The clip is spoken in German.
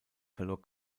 verlor